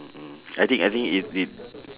mm mm I think I think it it